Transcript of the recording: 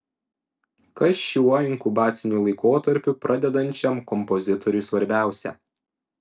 kas šiuo inkubaciniu laikotarpiu pradedančiam kompozitoriui svarbiausia